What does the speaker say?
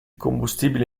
combustibile